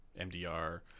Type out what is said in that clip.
MDR